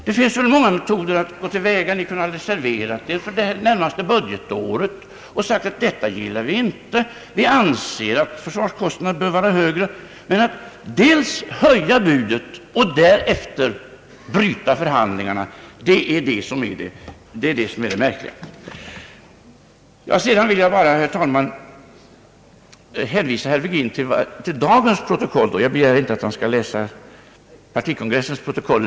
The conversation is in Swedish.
Det finns väl många metoder att gå till väga. Ni kunde ha reserverat er för det närmast kommande budgetåret och sagt att ni inte gillar det framlagda förslaget utan anser att försvarskostnaderna bör vara högre. Men att dels höja budet, att dels därefter bryta förhandlingarna är det som är det märkliga. Jag vill vidare bara, herr talman, hänvisa herr Virgin till vad som står i dagens protokoll — jag begär inte att han skall läsa partikongressens protokoll.